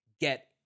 get